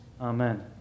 amen